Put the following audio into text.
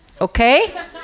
okay